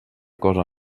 cosa